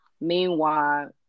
meanwhile